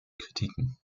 kritiken